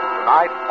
Tonight